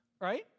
Right